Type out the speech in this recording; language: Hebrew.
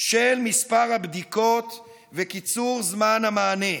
של מספר הבדיקות וקיצור זמן המענה.